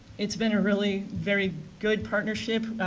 it's been a really very good partnership.